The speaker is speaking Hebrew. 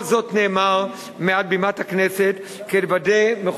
כל זאת נאמר מעל בימת הכנסת כדי לבטא,